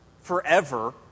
forever